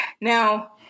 Now